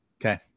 Okay